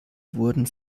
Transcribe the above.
wurden